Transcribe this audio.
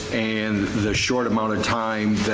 and the short amount of time that.